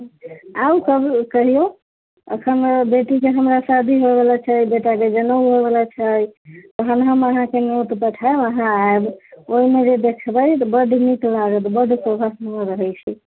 आउ तब कहिओ एखन बेटीके हमरा शादी होइवला छै बेटाके जनेउ होइवला छै ओहिमे हम अहाँके नोत पठाइब अहाँ आइब ओहिमे जे देखबै बड्ड नीक लागत बड्ड शोभा रहै छी